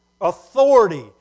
authority